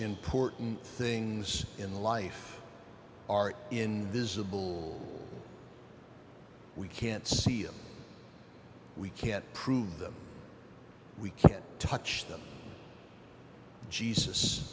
important things in life are in visible we can't see them we can't prove them we can't touch them jesus